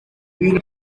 ibintu